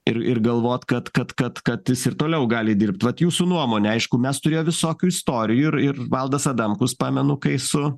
ir ir galvot kad kad kad kad jis ir toliau gali dirbt vat jūsų nuomone aišku mes turėję visokių istorijų ir ir valdas adamkus pamenu kai su